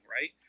right